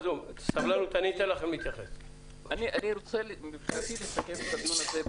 אני רוצה מבחינתי לסכם את הדיון הזה.